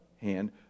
hand